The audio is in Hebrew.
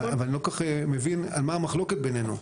אני לא כל כך מבין מה המחלוקת בינינו.